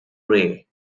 ray